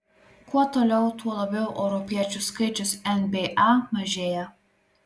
kuo toliau tuo labiau europiečių skaičius nba mažėja